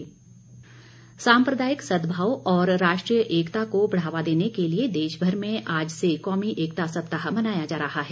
कौमी एकता साम्प्रदायिक सद्भाव और राष्ट्रीय एकता को बढ़ावा देने के लिए देशभर में आज से कौमी एकता सप्ताह मनाया जा रहा है